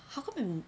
how come I'm